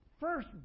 first